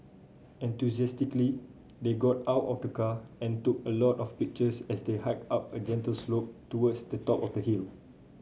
enthusiastically they got out of the car and took a lot of pictures as they hiked up a gentle slope towards the top of the hill